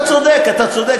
אתה צודק, אתה צודק.